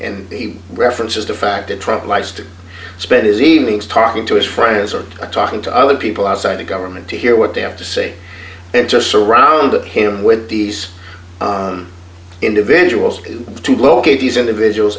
and he references the fact that trump likes to spend his evenings talking to his friends or talking to other people outside the government to hear what they have to say and just surround him with these individuals to locate these individuals